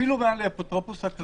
אפילו על האפוטרופוס הכללי.